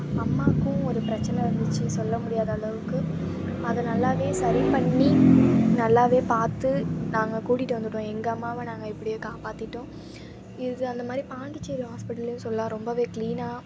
அம்மாக்கும் ஒரு பிரச்சனை இருந்துச்சு சொல்ல முடியாத அளவுக்கு அது நல்லாவே சரி பண்ணி நல்லாவே பார்த்து நாங்கள் கூட்டிகிட்டு வந்துவிட்டோம் எங்கள் அம்மாவை நாங்கள் எப்படியோ காப்பாற்றிட்டோம் இது அந்த மாதிரி பாண்டிசேரி ஹாஸ்பிட்டலையும் சொல்லலாம் ரொம்பவே க்ளீனாக